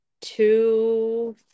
Two